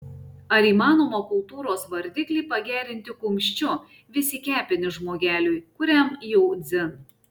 ar įmanoma kultūros vardiklį pagerinti kumščiu vis į kepenis žmogeliui kuriam jau dzin